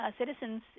citizens